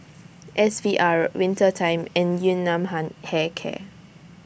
S V R Winter Time and Yun Nam Ham Hair Care